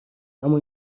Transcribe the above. اما